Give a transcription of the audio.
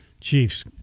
Chiefs